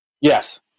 Yes